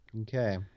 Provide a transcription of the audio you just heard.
Okay